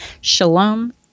Shalom